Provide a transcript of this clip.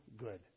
good